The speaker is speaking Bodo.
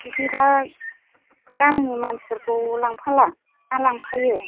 बिदिबा गामिनि मानसिफोरखौ लांफाला ना लांफायो